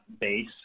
base